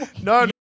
No